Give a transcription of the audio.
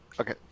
Okay